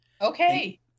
Okay